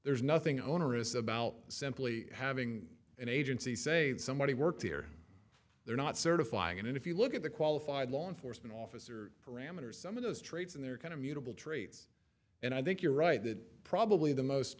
there's nothing onerous about simply having an agency say that somebody works here they're not certifying and if you look at the qualified law enforcement officer parameters some of those traits and they're kind of mutable traits and i think you're right that probably the most